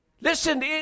Listen